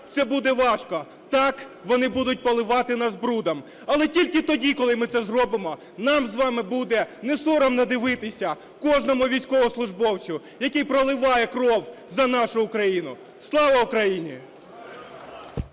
це буде важко, так, вони будуть поливати нас брудом, але тільки тоді, коли ми це зробимо, нам з вами буде не соромно дивитися кожному військовослужбовцю, який проливає кров за нашу Україну. Слава Україні!